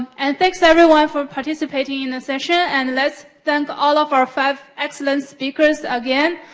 and thanks everyone for participating in the session. and let's thank all of our five excellent speaker so again.